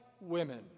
women